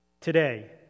Today